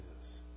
Jesus